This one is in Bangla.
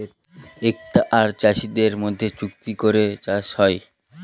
ক্রেতা আর চাষীদের মধ্যে চুক্তি করে চাষ হয়